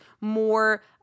more